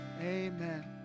amen